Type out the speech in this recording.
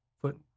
foot